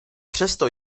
přesto